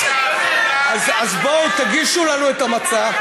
אז תגישו לנו את המצע.